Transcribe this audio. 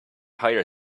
hire